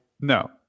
No